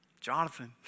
Jonathan